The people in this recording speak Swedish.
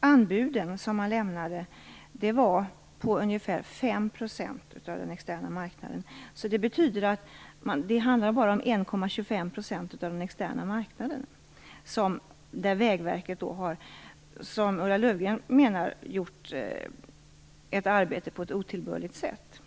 anbud som man lämnade var på ungefär 5 % av den externa marknaden. Det handlar bara om 1,25 % av den externa marknaden där Vägverket har, som Ulla Löfgren menar, gjort ett arbete på ett otillbörligt sätt.